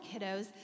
kiddos